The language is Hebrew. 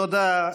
תודה,